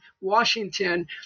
Washington